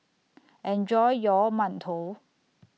Enjoy your mantou